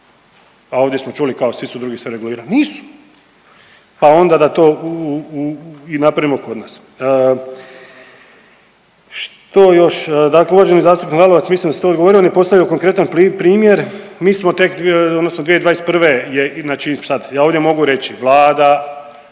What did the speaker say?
a ovdje smo čuli kao svi su drugi sve regulirali, nisu, pa onda da to i napravimo kod nas. Što još, dakle uvaženi zastupnik Lalovac, mislim da sam to odgovorio on je postavio konkretan primjer, mi smo tek odnosno 2021. je znači sad, ja ovdje mogu reći vlada,